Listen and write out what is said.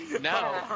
no